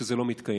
שזה לא מתקיים.